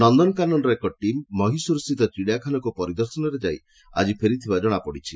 ନନକାନନର ଏକ ଟିମ୍ ମହୀଶ୍ରରସ୍ଥିତ ଚିଡ଼ିଆଖାନାକୁ ପରିଦର୍ଶନରେ ଯାଇ ଆଜି ଫେରିଥିବା ଜଶାପଡ଼ିଛି